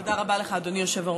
תודה רבה לך, אדוני היושב-ראש.